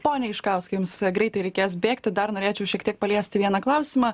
pone iškauskai jums greitai reikės bėgti dar norėčiau šiek tiek paliesti vieną klausimą